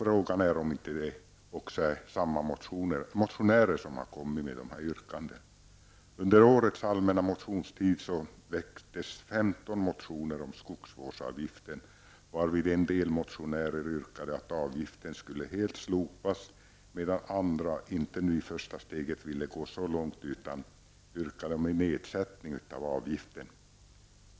Frågan är om det inte också är samma motionärer som har ställt yrkandena. motioner om skogsvårdsavgiften. En del motionärer har yrkat att avgiften helt skall slopas, medan andra inte vill gå lika långt i ett första steg. I stället har de yrkat på en nedsättning av avgiften.